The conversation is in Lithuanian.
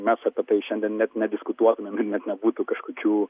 mes apie tai šiandien net nediskutuotumėm ir net nebūtų kažkokių